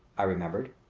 i remembered.